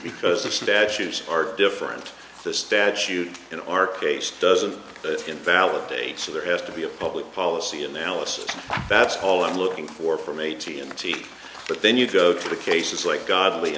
because the statues are different the statute in our case doesn't invalidate so there has to be a public policy analysis that's all i'm looking for from a t n t but then you go to the cases like godly